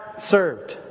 served